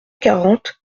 quarante